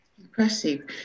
impressive